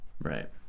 Right